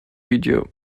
video